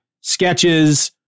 sketches